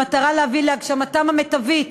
במטרה להביא להגשמתם המיטבית